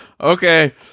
Okay